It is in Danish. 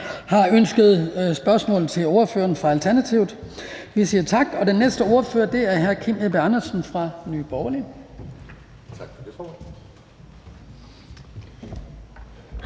har ønsket spørgsmål til ordføreren for Alternativet, så vi siger tak. Den næste ordfører er hr. Kim Edberg Andersen fra Nye Borgerlige.